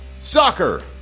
Soccer